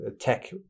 tech